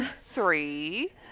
Three